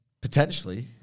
Potentially